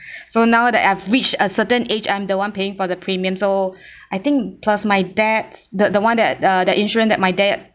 so now that I've reached a certain age I'm the one paying for the premium so I think plus my dad's the the one that the insurance that my dad